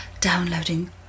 downloading